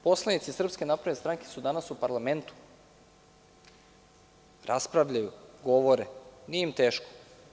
Poslanici SNS su danas u parlamentu, raspravljaju, govore, nije im teško.